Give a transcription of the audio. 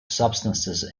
substances